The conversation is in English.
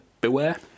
beware